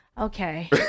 Okay